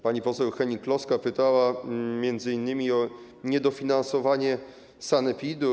Pani poseł Hennig-Kloska pytała m.in. o niedofinansowanie sanepidu.